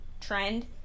trend